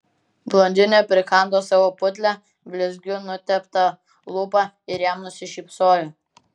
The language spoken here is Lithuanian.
blondinė prikando savo putlią blizgiu nuteptą lūpą ir jam nusišypsojo